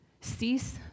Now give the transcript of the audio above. Cease